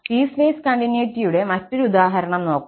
piecewise കണ്ടിന്യൂറ്റിയുടെ മറ്റൊരു ഉദാഹരണം നോക്കാം